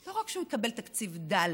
לא רק שהוא יקבל תקציב דל,